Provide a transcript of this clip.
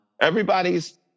Everybody's